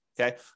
okay